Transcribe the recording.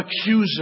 accuser